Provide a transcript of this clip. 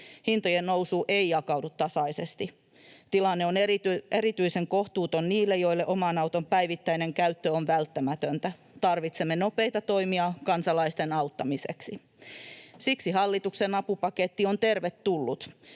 Hintojen nousu ei jakaudu tasaisesti. Tilanne on erityisen kohtuuton niille, joille oman auton päivittäinen käyttö on välttämätöntä. Tarvitsemme nopeita toimia kansalaisten auttamiseksi. Siksi hallituksen apupaketti on tervetullut.